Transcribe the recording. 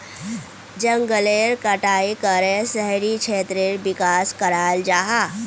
जनगलेर कटाई करे शहरी क्षेत्रेर विकास कराल जाहा